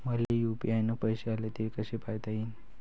मले यू.पी.आय न पैसे आले, ते कसे पायता येईन?